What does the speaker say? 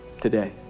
today